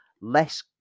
Less